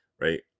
Right